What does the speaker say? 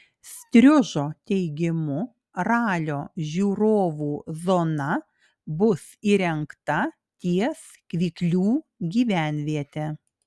striužo teigimu ralio žiūrovų zona bus įrengta ties kvyklių gyvenviete